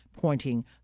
pointing